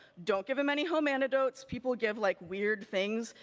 don't give him any home antidotes, people give like weird things,